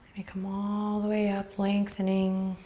me come all the way up, lengthening